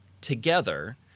together